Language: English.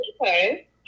Okay